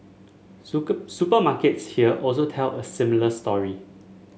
supermarkets here also tell a similar story